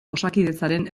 osakidetzaren